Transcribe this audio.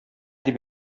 дип